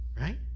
Right